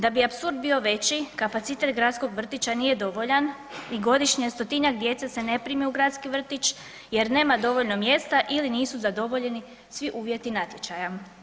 Da bi apsurd bio veći kapacitet gradskog vrtića nije dovoljan i godišnje 100-njak djece se ne prime u gradski vrtić jer nema dovoljno mjesta ili nisu zadovoljeni svi uvjeti natječaja.